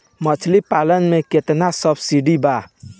मछली पालन मे केतना सबसिडी बा?